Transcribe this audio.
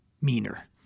meaner